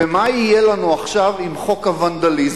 ומה יהיה לנו עכשיו עם חוק הוונדליזם?